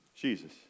Jesus